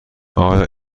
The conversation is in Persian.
آیا